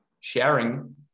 sharing